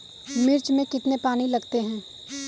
मिर्च में कितने पानी लगते हैं?